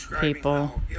people